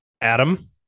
Adam